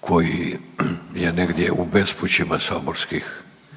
koji je negdje u bespućima saborskih